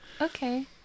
okay